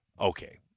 Okay